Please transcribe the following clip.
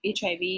HIV